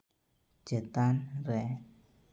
ᱪᱮᱛᱟᱱ ᱨᱮ